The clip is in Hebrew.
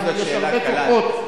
יש הרבה כוחות,